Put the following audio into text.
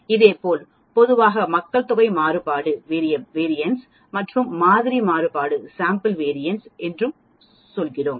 இதேபோல் பொதுவாக மக்கள் தொகை மாறுபாடு என்றும் மாதிரி மாறுபாடு என்றும் சொல்கிறோம்